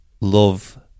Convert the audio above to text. love